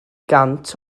gant